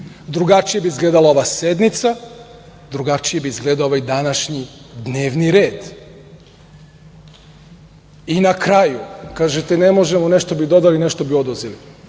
drugačije bi izgledala ova sednica, drugačije bi izgledao ovaj današnji dnevni red. Na kraju, kažete – ne možemo, nešto bi dodali, nešto bi oduzeli,